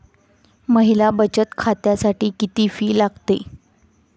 महिला बचत खात्यासाठी किती फी लागते?